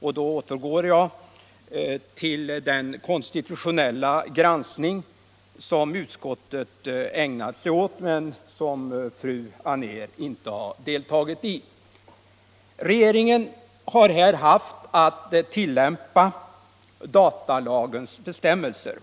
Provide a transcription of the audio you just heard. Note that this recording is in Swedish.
Jag återgår därmed till den konstitutionella granskning som utskottet ägnat sig åt men som fru Anér inte deltagit 1. Regeringen har här haft att tillämpa datalagens bestämmelser.